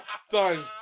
Son